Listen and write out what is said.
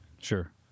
Sure